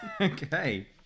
okay